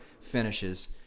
finishes